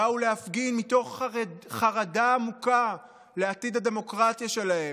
באו להפגין מתוך חרדה עמוקה לעתיד הדמוקרטיה שלהם,